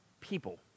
people